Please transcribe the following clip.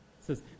says